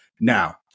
Now